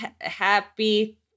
happy